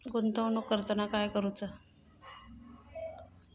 गुंतवणूक करताना काय करुचा?